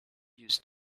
use